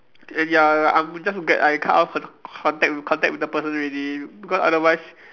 and ya I'm just get I cut of the contact contact with the person already because otherwise